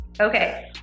Okay